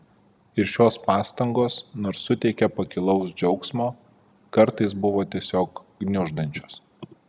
ir šios pastangos nors suteikė pakilaus džiaugsmo kartais buvo tiesiog gniuždančios